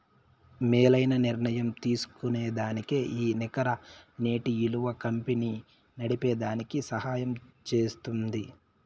మేలైన నిర్ణయం తీస్కోనేదానికి ఈ నికర నేటి ఇలువ కంపెనీ నడిపేదానికి సహయం జేస్తుంది